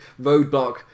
Roadblock